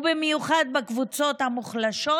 ובמיוחד בקבוצות המוחלשות,